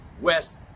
West